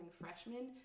freshmen